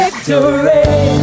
Victory